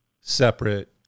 separate